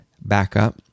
backup